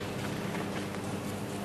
אנחנו נעבור לפי הסדר.